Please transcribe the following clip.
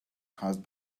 caused